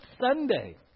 Sunday